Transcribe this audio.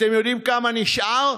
אתם יודעים כמה נשאר?